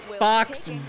Fox